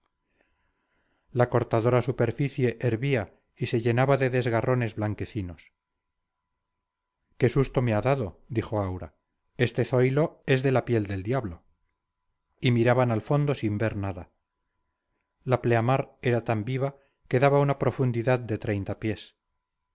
la cortada superficie hervía y se llenaba de desgarrones blanquecinos qué susto me ha dado dijo aura este zoilo es de la piel del diablo y miraban al fondo sin ver nada la pleamar era tan viva que daba una profundidad de treinta pies